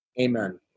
Amen